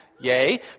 yay